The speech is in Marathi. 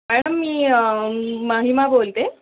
मॅडम मी महिमा बोलते